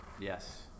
Yes